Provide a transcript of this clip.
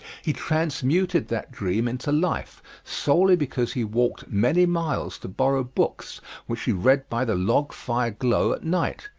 he transmuted that dream into life solely because he walked many miles to borrow books which he read by the log-fire glow at night.